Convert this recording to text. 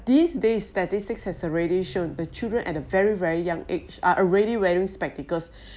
these days statistics has already shown the children at a very very young age are already wearing spectacles